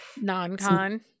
non-con